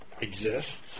exists